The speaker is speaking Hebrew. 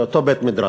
זה אותו בית-מדרש,